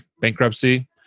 bankruptcy